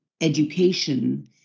education